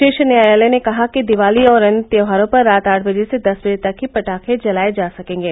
शीर्ष न्यायालय ने कहा कि दिवाली और अन्य त्योहारों पर रात आठ बजे से दस बजे तक ही पटाखे चलाये जा सकेंगे